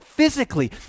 Physically